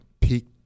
peak